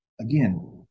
again